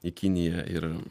į kiniją ir